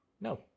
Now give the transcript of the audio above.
No